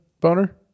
boner